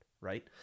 right